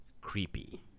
creepy